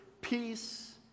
peace